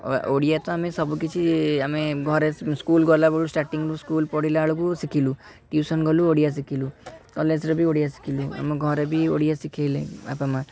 ଓ ଓଡ଼ିଆ ତ ଆମେ ସବୁ କିଛି ଆମେ ଘରେ ସ୍କୁଲ୍ ଗଲା ବେଳୁ ଷ୍ଟାର୍ଟିଙ୍ଗରୁ ସ୍କୁଲ୍ ପଢ଼ିଲା ବେଳକୁ ଶିଖିଲୁ ଟ୍ୟୁସନ୍ ଗଲୁ ଓଡ଼ିଆ ଶିଖିଲୁ କଲେଜ୍ରେ ବି ଓଡ଼ିଆ ଶିଖିଲୁ ଆମ ଘରେ ବି ଓଡ଼ିଆ ଶିଖେଇଲେ ବାପା ମା'